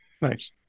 Nice